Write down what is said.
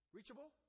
Reachable